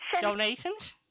Donations